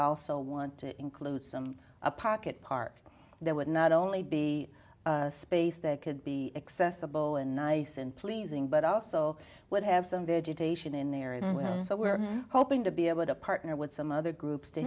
also want to include some a pocket park that would not only be a space that could be accessible and nice and pleasing but also would have some vegetation in the area so we're hoping to be able to partner with some other groups to